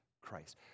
Christ